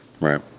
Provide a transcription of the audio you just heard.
Right